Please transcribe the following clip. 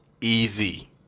Easy